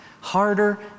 harder